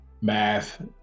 math